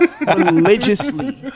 religiously